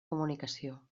comunicació